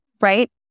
right